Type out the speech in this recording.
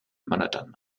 manhattan